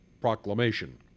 proclamation